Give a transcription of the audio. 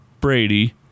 Brady